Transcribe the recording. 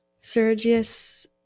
Sergius